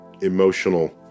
emotional